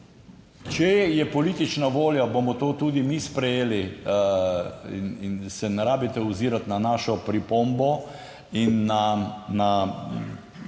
Če je politična volja, bomo to tudi mi sprejeli. In se ne rabite ozirati na našo pripombo in na